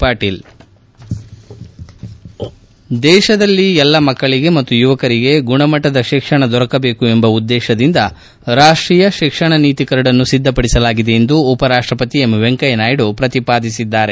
ಪಾಟೀಲ್ ದೇಶದಲ್ಲಿ ಎಲ್ಲ ಮಕ್ಕಳಿಗೆ ಮತ್ತು ಯುವಕರಿಗೆ ಗುಣಮಟ್ಟದ ಶಿಕ್ಷಣ ದೊರಕಬೇಕು ಎಂಬ ಉದ್ದೇಶದಿಂದ ರಾಷ್ಟೀಯ ಶಿಕ್ಷಣ ನೀತಿ ಕರಡನ್ನು ಸಿದ್ದಪಡಿಲಾಗಿದೆ ಎಂದು ಉಪರಾಷ್ಟ್ವಪತಿ ಎಂ ವೆಂಕಯ್ಯ ನಾಯ್ಡು ಪ್ರತಿಪಾದಿಸಿದ್ದಾರೆ